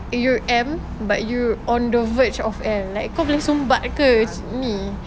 you M but you on the verge of L like kau boleh sumbat ke ni